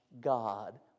God